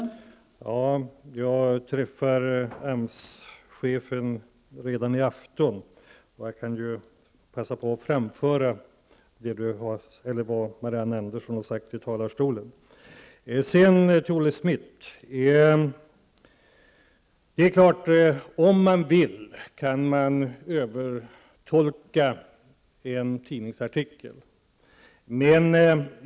Herr talman! Jag skall träffa AMS-chefen redan i afton. Jag kan ju passa på att framföra det som Marianne Andersson här har sagt. Till Olle Schmidt vill jag säga att det är klart att man, om man vill, kan övertolka en tidningsartikel.